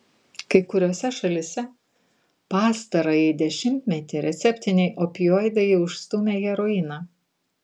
kai kuriose šalyse pastarąjį dešimtmetį receptiniai opioidai jau išstūmė heroiną